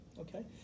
Okay